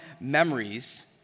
memories